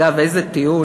אגב, איזה טיעון?